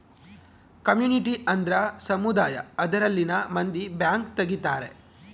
community ಅಂದ್ರ ಸಮುದಾಯ ಅದರಲ್ಲಿನ ಮಂದಿ ಬ್ಯಾಂಕ್ ತಗಿತಾರೆ